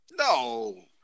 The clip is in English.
No